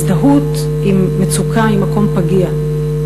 הזדהות עם מצוקה היא מקום פגיע,